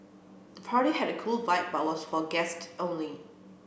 the party had a cool vibe but was for guests only